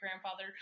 grandfather